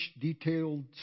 detailed